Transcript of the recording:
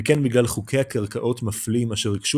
וכן בגלל חוקי קרקעות מפלים אשר הקשו